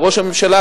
וראש הממשלה,